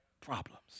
problems